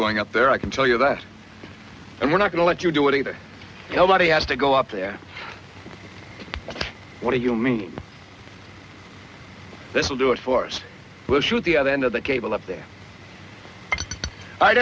going up there i can tell you that and we're not going to let you do it either nobody has to go up there what do you mean this will do it for us we'll shoot the other end of that cable up there i